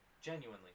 genuinely